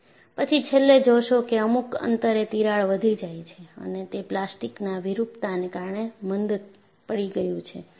પછી છેલ્લે જોશો કે અમુક અંતરે તિરાડ વધી જાય છે અને તે પ્લાસ્ટિકના વિરૂપતાને કારણે મંદ પડી ગયું છે